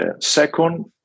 Second